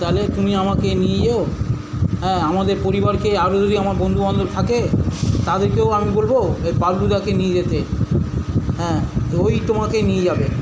তাহলে তুমি আমাকে নিয়ে যেও হ্যাঁ আমাদের পরিবারকে আরো যদি আমার বন্ধুবান্ধব থাকে তাদেরকেও আমি বলব এই বাবলুদাকে নিয়ে যেতে হ্যাঁ ওই তোমাকে নিয়ে যাবে